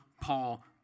Paul